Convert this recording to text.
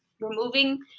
removing